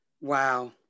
Wow